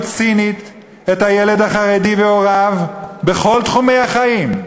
צינית את הילד החרדי והוריו בכל תחומי החיים,